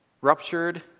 ruptured